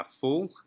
full